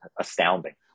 astounding